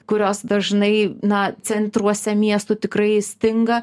kurios dažnai na centruose miestų tikrai stinga